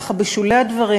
ככה בשולי הדברים,